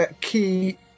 key